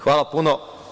Hvala puno.